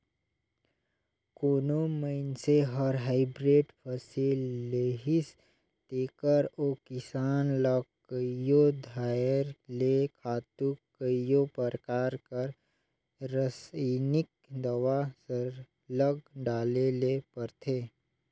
कोनो मइनसे हर हाईब्रिड फसिल लेहिस तेकर ओ किसान ल कइयो धाएर ले खातू कइयो परकार कर रसइनिक दावा सरलग डाले ले परथे